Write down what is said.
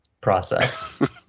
process